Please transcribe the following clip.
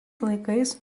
laikais